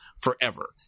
forever